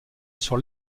sur